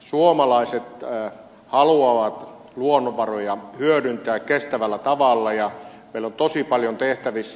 suomalaiset haluavat luonnonvaroja hyödyntää kestävällä tavalla ja meillä on tosi paljon tehtävissä